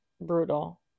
brutal